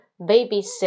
babysit